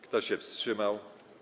Kto się wstrzymał?